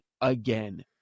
again